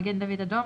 מגן דוד אדום,